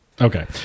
Okay